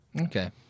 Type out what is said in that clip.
Okay